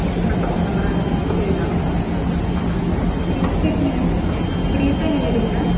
ആയിത് WhatsApp നമ്പറാണ് ഇതിലേക്ക് ചെയ്താൽ മതി ഫീസെങ്ങനെ ഫീസെങ്ങനെയാണ് ടീച്ചറെ